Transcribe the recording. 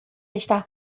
estar